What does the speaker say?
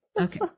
Okay